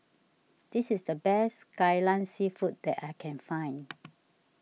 this is the best Kai Lan Seafood that I can find